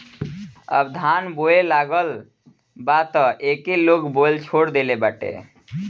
अब धान बोआए लागल बा तअ एके लोग बोअल छोड़ देहले बाटे